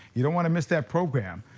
you want to miss that program,